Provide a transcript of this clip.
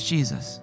Jesus